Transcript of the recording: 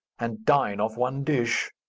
and dine off one dish.